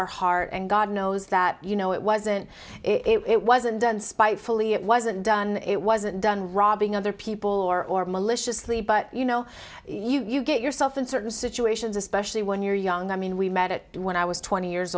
our heart and god knows that you know it wasn't it wasn't done spitefully it wasn't done it wasn't done robbing other people or maliciously but you know you get yourself in certain situations especially when you're young i mean we met it when i was twenty years